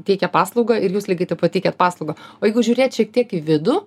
teikia paslaugą ir jūs lygiai taip pat teikiat paslaugą o jeigu žiūrėt šiek tiek į vidų